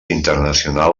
internacional